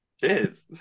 Cheers